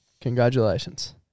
Congratulations